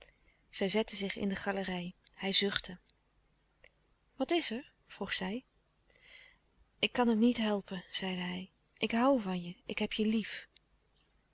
zij zetten zich in de achtergalerij hij zuchtte wat is er vroeg zij ik kan het niet helpen zeide hij ik hoû van je ik heb je lief